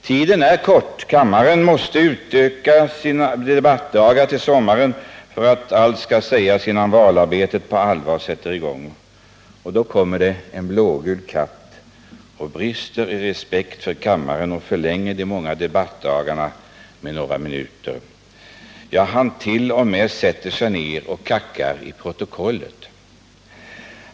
Tiden är kort — kammaren måste utöka sina debattdagar till sommaren för 179 att allt skall hinna sägas innan valarbetet på allvar sätter i gång. Och då kommer det en blågul katt och brister i respekt för kammaren och förlänger de många debattdagarna med några minuter. Ja, han till och med sätter sig ner och kackar i protokollet.